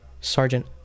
Sergeant